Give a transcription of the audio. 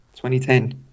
2010